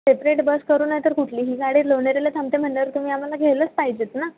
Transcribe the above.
separate bus करू नाहीतर कुठली ही गाडी लोणेरेला थांबते म्हणल्यावर तुम्ही आम्हाला घ्यायलाच पाहिजेत ना